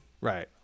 right